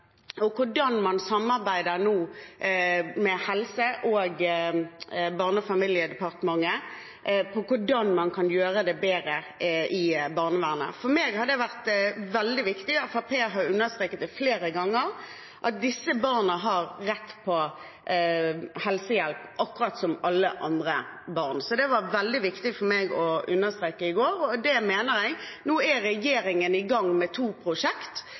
og hvordan man samarbeider nå med Helse- og Barne- og familiedepartementet om hvordan man kan gjøre det bedre i barnevernet. For meg har det vært veldig viktig. Fremskrittspartiet har understreket flere ganger at disse barna har rett på helsehjelp, akkurat som alle andre barn. Det var veldig viktig for meg å understreke i går, og det mener jeg. Nå er regjeringen i gang med to